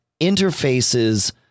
interfaces